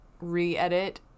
re-edit